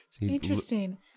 Interesting